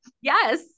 Yes